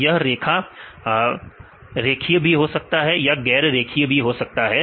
तो यह रेखा रेखीय भी हो सकती है या गैर रेखीय भी हो सकती है